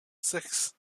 six